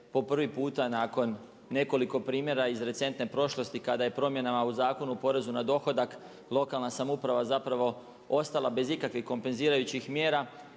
po prvi puta nakon nekoliko primjera iz recentne prošlosti kada je promjenama u Zakonu poreza na dohodak lokalna samouprava ostala bez ikakvih kompenzirajućih mjera.